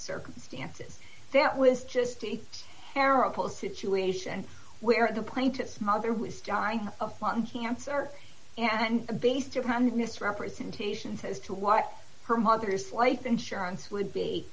circumstances that was just a terrible situation where the plaintiff's mother was dying of lung cancer and based upon the misrepresentations as to what her mother's life insurance would be